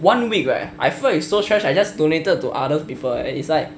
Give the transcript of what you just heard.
one week right I feel like it's so trash I just donated to other people leh it's like